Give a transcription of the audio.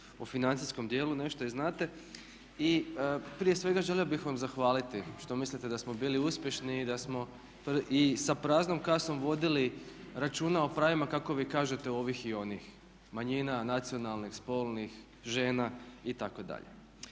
u financijskom dijelu nešto i znate i prije svega želio bih vam zahvaliti što mislite da smo bili uspješni i da smo i sa praznom kasom vodili računa o pravima kako vi kažete ovih i onih, manjina nacionalnih, spolnih, žena itd.